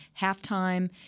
halftime